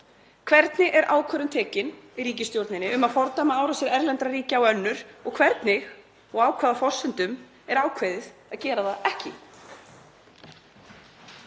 Hvernig er ákvörðun tekin í ríkisstjórninni um að fordæma árásir erlendra ríkja á önnur og hvernig og á hvaða forsendum er ákveðið að gera það ekki?